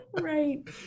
right